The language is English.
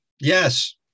Yes